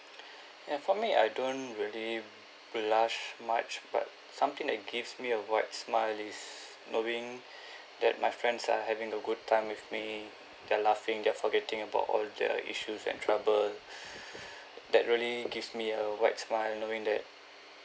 and for me I don't really blush much but something that gives me a wide smile is knowing that my friends are having a good time with me they're laughing they're forgetting about all their issues and trouble that really gives me a wide smile knowing that